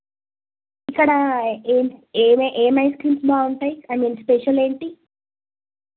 ఇక్కడ ఏమి ఏమి ఏమి ఐస్ క్రీమ్స్ బాగుంటాయి ఐమీన్ స్పెషల్ ఏంటి